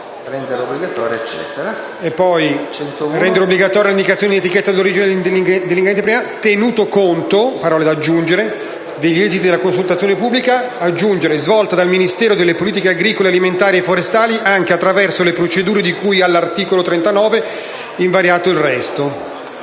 rendere obbligatoria l'indicazione in etichetta dell'origine dell'ingrediente primario, tenuto conto degli esiti della consultazione pubblica svolta dal Ministero delle politiche agricole alimentari e forestali, anche attraverso le procedure di cui all'articolo 39» lasciando invariata